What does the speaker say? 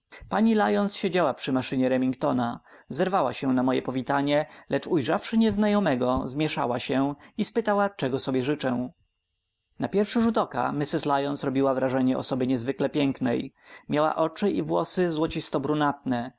pani lyons siedziała przy maszynie remingtona zerwała się na moje powitanie lecz ujrzawszy nieznajomego zmieszała się i spytała czego sobie życzę na pierwszy rzut oka mrs lyons robiła wrażenie osoby niezwykle pięknej miała oczy i włosy